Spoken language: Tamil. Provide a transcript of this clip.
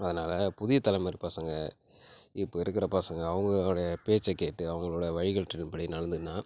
அதனால் புதிய தலைமுறை பசங்கள் இப்போது இருக்கிற பசங்கள் அவங்களுடைய பேச்சை கேட்டு அவங்களோட வழிகாட்டுதல் படி நடந்துக்கினா